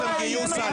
כתם להיסטוריה.